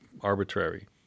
arbitrary